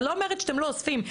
אני לא אומרת שאתם לא אוספים.